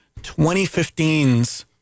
2015's